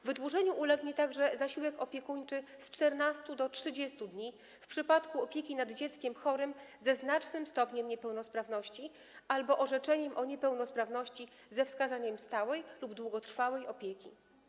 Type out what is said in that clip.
Wydłużeniu ulegnie także okres przysługiwania zasiłku opiekuńczego z 14 do 30 dni w przypadku opieki nad dzieckiem chorym ze znacznym stopniem niepełnosprawności albo orzeczeniem o niepełnosprawności ze wskazaniem stałej lub długotrwałej opieki.